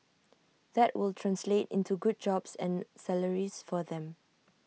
that will translate into good jobs and salaries for them